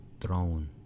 throne